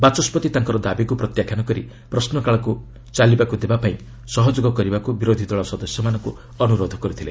ବାଚସ୍କତି ତାଙ୍କର ଦାବିକୃ ପ୍ରତ୍ୟାଖ୍ୟାନ କରି ପ୍ରଶୁକାଳକୃ ଚାଲିବାକୁ ଦେବାପାଇଁ ସହଯୋଗ କରିବାକୁ ବିରୋଧି ଦଳ ସଦସ୍ୟମାନଙ୍କୁ ଅନ୍ତରୋଧ କରିଥିଲେ